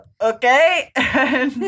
Okay